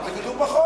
אבל זה כתוב בחוק.